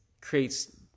creates